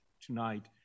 tonight